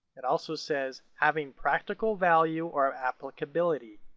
it also says, having practical value or um applicability.